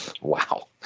Wow